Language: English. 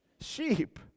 sheep